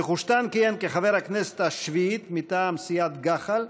נחושתן כיהן כחבר הכנסת השביעית מטעם סיעת גח"ל,